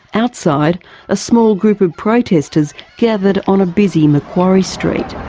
outside a small group of protestors gathered on a busy macquarie street.